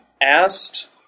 asked